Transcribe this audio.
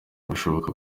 birashoboka